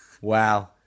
Wow